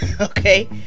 okay